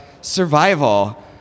survival